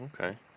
Okay